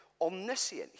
omniscient